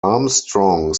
armstrong